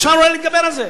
אפשר אולי להתגבר על זה.